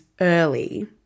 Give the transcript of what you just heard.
early